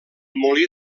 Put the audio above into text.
molí